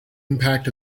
impact